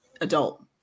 adult